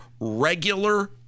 regular